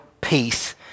peace